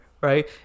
right